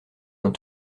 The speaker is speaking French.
dans